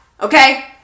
okay